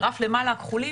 הגרף למעלה, הכחולים,